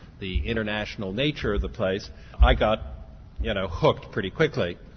the international nature of the place i got you know hooked pretty quickly.